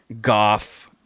Goff